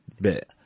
bit